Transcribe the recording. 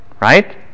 right